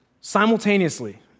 Simultaneously